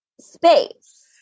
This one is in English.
space